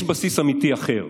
יש בסיס אמיתי אחר: